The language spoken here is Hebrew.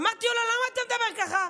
אמרתי לו: למה אתה מדבר ככה?